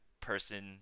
person